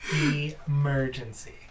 Emergency